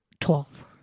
Twelve